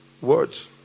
Words